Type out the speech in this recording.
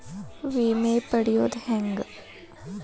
ವಿಮೆ ಪಡಿಯೋದ ಹೆಂಗ್?